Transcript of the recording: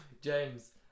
James